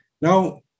Now